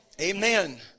Amen